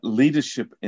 leadership